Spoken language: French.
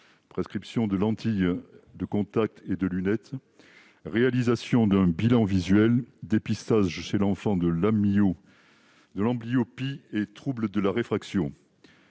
prescription de lentilles de contact et de lunettes, réalisation d'un bilan visuel, dépistage chez l'enfant de l'amblyopie et troubles de la réfraction.